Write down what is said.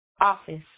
office